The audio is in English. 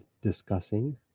discussing